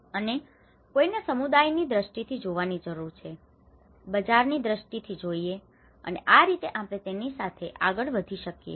અને કોઈને સમુદાયની દ્રષ્ટિથી જોવાની જરૂર છે બજારની દ્રષ્ટિથી જોઈએ અને આ રીતે આપણે તેની સાથે આગળ વધી શકીએ છીએ